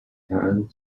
hand